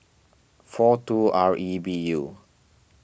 four two R E B U